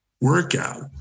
workout